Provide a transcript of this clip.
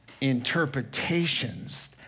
interpretations